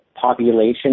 population